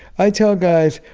i tell guys,